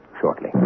shortly